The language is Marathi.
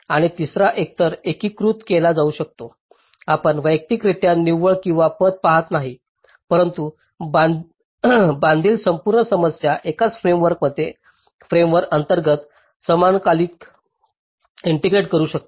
आणि तिसरा एक एकीकृत केला जाऊ शकतो आपण वैयक्तिकरित्या निव्वळ किंवा पथ पाहत नाही परंतु बांधील संपूर्ण समस्या एकाच फ्रेमवर्क अंतर्गत समाकलित करू शकता